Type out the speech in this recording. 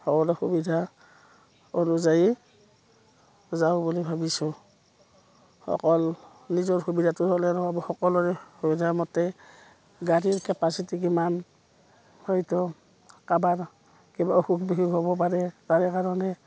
সকলো সুবিধা অনুযায়ী যাওঁ বুলি ভাবিছোঁ অকল নিজৰ সুবিধাটো হ'লে নহ'ব সকলোৰে সুবিধাৰ মতে গাড়ীৰ কেপাচিটি কিমান হয়তো কাৰোবাৰ কিবা অসুখ বিসুখ হ'ব পাৰে তাৰে কাৰণে